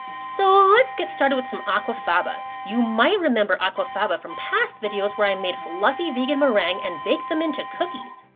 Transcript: so let's get started with some aquafaba. you might remember aquafaba from past videos where i made fluffy vegan meringue and baked them into cookies.